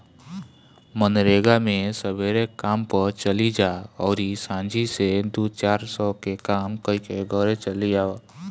मनरेगा मे सबेरे काम पअ चली जा अउरी सांझी से दू चार सौ के काम कईके घरे चली आवअ